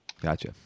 Gotcha